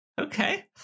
Okay